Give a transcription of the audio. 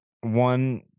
one